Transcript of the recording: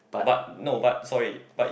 but no but sorry but it